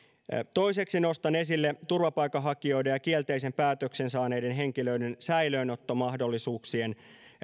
toiseksi nostan esille turvapaikanhakijoiden ja kielteisen päätöksen saaneiden henkilöiden säilöönottomahdollisuuksien